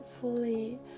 fully